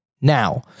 Now